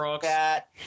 cat